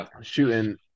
shooting